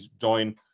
join